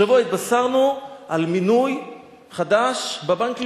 השבוע התבשרנו על מינוי חדש בבנק לאומי,